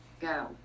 go